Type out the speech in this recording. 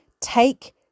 Take